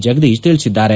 ಜಗದೀಶ್ ತಿಳಿಸಿದ್ದಾರೆ